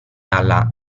alla